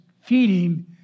feeding